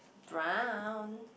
brown